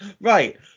Right